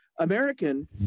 American